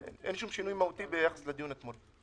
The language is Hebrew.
ביחס לדיון אתמול.